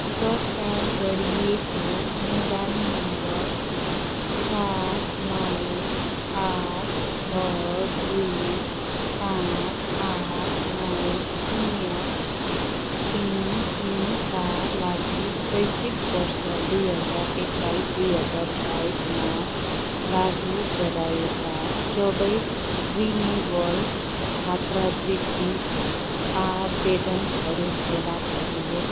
दर्ता गरिएको mobile number सात नौ आठ छ दुई पाँच आठ नौ शून्य तिन तिनका लागि शैक्षिक बर्ष दुई हजार एक्काइस दुई हजार बाइसमा लागु गराएका सबै रिेनेवल छात्रवृत्ति आवेदनहरू फेला पार्नुहोस्